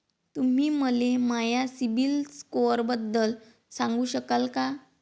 तुम्ही मले माया सीबील स्कोअरबद्दल सांगू शकाल का?